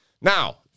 Now